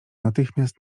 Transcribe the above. natychmiast